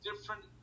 different